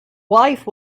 wife